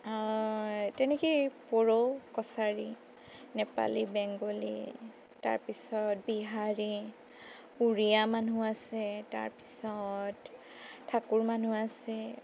তেনেকেই বড়ো কছাৰী নেপালী বেংগোলী তাৰ পিছত বিহাৰী উৰিয়া মানুহ আছে তাৰপিছত ঠাকুৰ মানুহ আছে